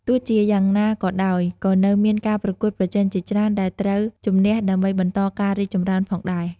ទោះជាយ៉ាងណាក៏ដោយ ក៏នៅមានការប្រកួតប្រជែងជាច្រើនដែលត្រូវជម្នះដើម្បីបន្តការរីកចម្រើនផងដែរ ។